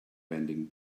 bending